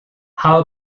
how